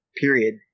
period